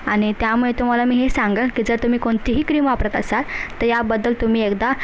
आणि त्यामुळे तुम्हाला मी हे सांगेन की जर तुम्ही कोणतीही क्रीम वापरत असाल तर याबद्दल तुम्ही एकदा